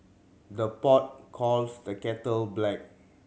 the pot calls the kettle black